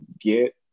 get